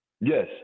Yes